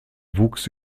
wuchs